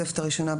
בתוספת הראשונה,